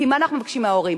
כי מה אנחנו מבקשים מההורים?